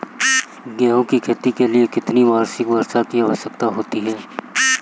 गेहूँ की खेती के लिए कितनी वार्षिक वर्षा की आवश्यकता होती है?